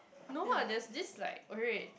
no lah they are this like okay